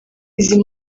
izi